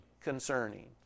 concerning